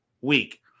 week